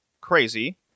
crazy